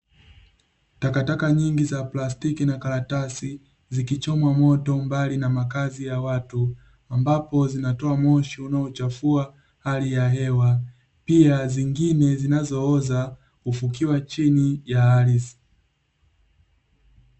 Takataka nyingi za plastiki na karatasi zikichomwa moto mbali na makazi ya watu, ambapo zinatoa moshi unaochafua hali ya hewa; pia zingine zinazooza hufukiwa chini ya ardhi.